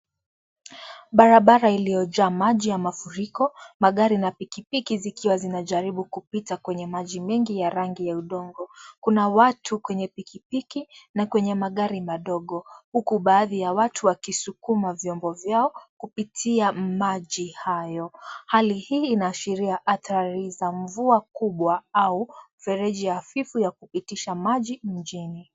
Barabara iliyojaa maji ya mafuriko, magari na pikipiki zikiwa zinajaribu kupita kwenye maji mengi ya rangi ya udongo, kuna watu kwenye pikipiki, na kwenye magari madogo, huku baadhi ya watu wakisukuma vyombo vyao, kupitia maji hayo, hali hii inaashiria athari za mvua kubwa, au, fereji hafifu ya kupitisha maji, mjini.